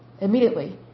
immediately